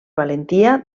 valentia